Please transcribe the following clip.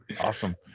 Awesome